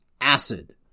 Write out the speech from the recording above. acid